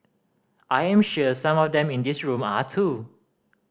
I am sure some of them in this room are too